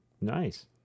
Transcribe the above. Nice